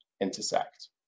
intersect